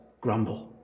grumble